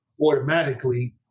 automatically